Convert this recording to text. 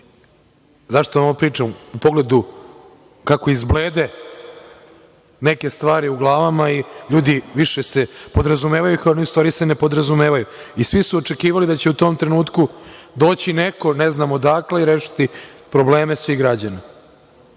Zašto vam ovo pričam? U pogledu kako izblede neke stvari u glavama i ljudi, više se podrazumevaju, a u stvari se ne podrazumevaju, i svi su očekivali da će u tom trenutku doći neko ne znam odakle i rešiti probleme svih građana.